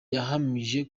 yahamije